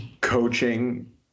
coaching